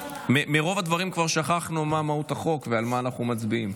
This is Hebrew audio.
מרוב הדברים כבר שכחנו מה מהות החוק ועל מה אנחנו מצביעים.